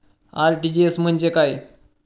RTGS म्हणजे काय?